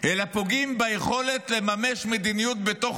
אלא פוגעים ביכולת לממש מדיניות בתוך